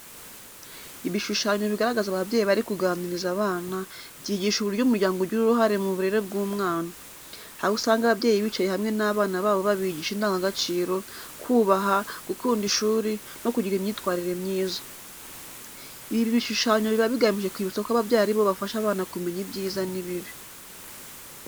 Ibishushanyo bigaragaza ababyeyi bari kuganiriza abana, byigisha uburyo umuryango ugira uruhare mu burere bw'umwana. Aho usanga ababyeyi bicaye hamwe n’abana babo babigisha indangagaciro, kubaha, gukunda ishuri, no kugira imyitwarire myiza. Ibi bishushanyo biba bigamije kwibutsa ko ababyeyi ari bo bafasha abana kumenya ibyiza n'ibibi.